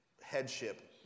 headship